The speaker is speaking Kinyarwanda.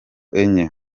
enye